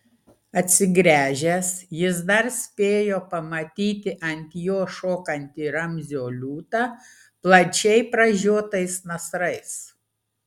atsigręžęs jis dar spėjo pamatyti ant jo šokantį ramzio liūtą plačiai pražiotais nasrais